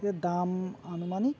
এ দাম আনুমানিক